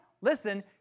listen